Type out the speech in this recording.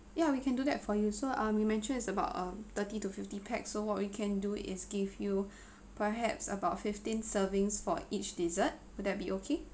ya we can do that for you so um you mentioned is about um thirty to fifty pack so what we can do is give you perhaps about fifteen servings for each dessert will that be okay